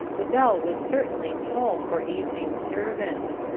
the bell would certainly toll for evening service.